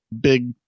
big